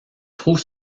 trouve